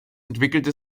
entwickelte